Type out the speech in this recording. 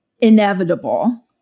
inevitable